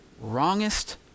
wrongest